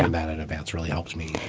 and that in advance really helped me.